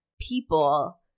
people